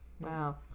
Wow